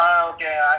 Okay